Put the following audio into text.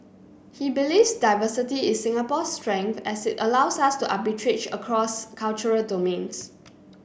he believes diversity is Singapore's strength as it allows us to arbitrage across cultural domains